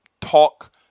talk